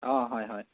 অঁ হয় হয়